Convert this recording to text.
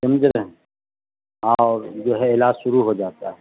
سمجھے اور جو ہے علاج شروع ہو جاتا ہے